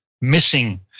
missing